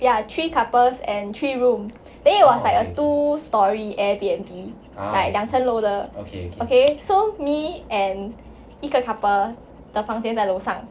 ya three couples and three rooms then it was like a two story Airbnb like 两层楼的 okay so me and 一个 couple 的房间在楼上